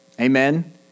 Amen